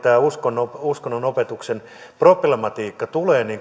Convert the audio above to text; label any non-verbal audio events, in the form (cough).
(unintelligible) tämä uskonnonopetuksen problematiikka tulee